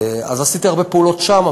אז עשיתי הרבה פעולות שם,